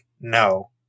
No